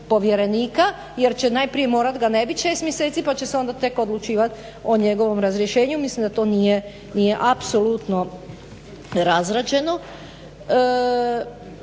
povjerenika jer će najprije morat ga ne bit 6 mjeseci, pa će se onda tek odlučivat o njegovom razrješenju. Mislim da to nije apsolutno razrađeno.